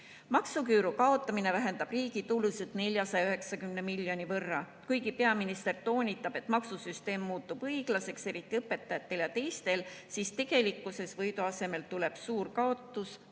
Maksuküüru kaotamine vähendab riigi tulusid 490 miljoni võrra. Kuigi peaminister toonitab, et maksusüsteem muutub õiglaseks, eriti õpetajate ja teiste suhtes, siis tegelikkuses tuleb võidu asemel suur kaotus,